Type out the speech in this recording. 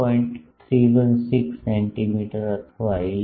316 centimetre અથવા 11